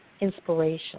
inspiration